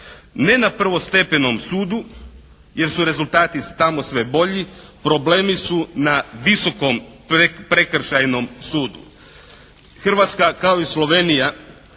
Ne na prvostepenom sudu jer su rezultati tamo sve bolji. Problemi su na Visokom prekršajnom sudu. Hrvatska kao i Slovenija